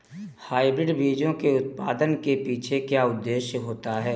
Hybrid बीजों के उत्पादन के पीछे क्या उद्देश्य होता है?